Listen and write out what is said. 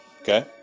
Okay